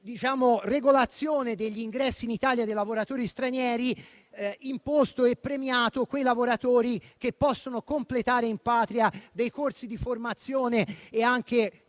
di regolazione degli ingressi in Italia dei lavoratori stranieri, ha imposto e premiato quei lavoratori che possono completare in patria corsi di formazione e anche